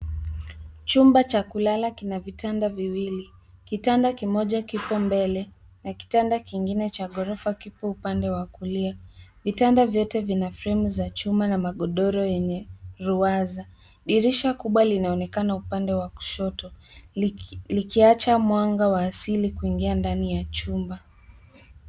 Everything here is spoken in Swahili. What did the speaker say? Chumba cha kulala kina vitanda viwili, kitanda kimoja kiko mbele, na kitanda kingine cha ghorofa kiko upande wa kulia. Vitanda vyote vina fremu za chuma na magodoro yenye ruwaza. Dirisha kubwa linaonekana upande wa kushoto likiacha mwanga wa asili kuingia ndani ya chumba.